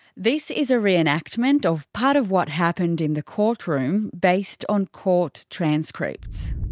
this is a re-enactment of part of what happened in the courtroom, based on court transcripts.